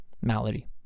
malady